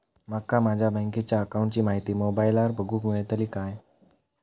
माका माझ्या बँकेच्या अकाऊंटची माहिती मोबाईलार बगुक मेळतली काय?